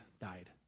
died